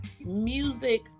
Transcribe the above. music